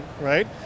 right